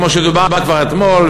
כמו שדובר כבר אתמול,